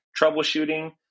troubleshooting